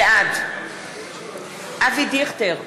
בעד אבי דיכטר,